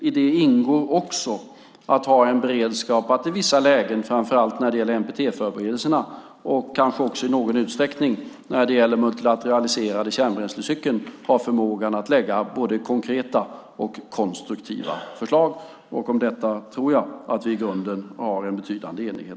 I det ingår också att ha en beredskap att i vissa lägen, framför allt i NPT-förberedelserna och kanske också i någon utsträckning när det gäller den multilateraliserade kärnbränslecykeln, kunna väcka både konkreta och konstruktiva förslag. Om detta tror jag att vi i grunden har en betydande enighet.